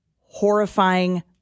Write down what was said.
horrifying